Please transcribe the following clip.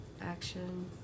action